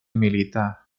militar